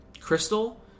crystal